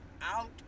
out